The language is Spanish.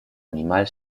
animal